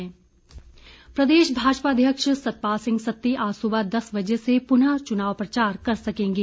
सतपाल सत्ती प्रदेश भाजपा अध्यक्ष सतपाल सिंह सत्ती आज सुबह दस बजे से पुनः चुनाव प्रचार कर सकेंगे